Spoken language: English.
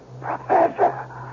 Professor